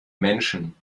menschen